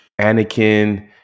Anakin